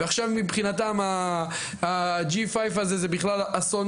ועכשיו מבחינתם ה-J5 הזה זה בכלל אסון